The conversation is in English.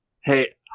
Hey